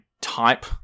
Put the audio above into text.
type